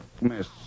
miss